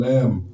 Lamb